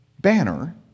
banner